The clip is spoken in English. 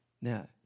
Now